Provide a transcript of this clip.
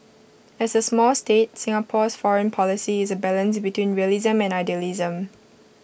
as A small state Singapore's foreign policy is A balance between realism and idealism